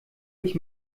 ich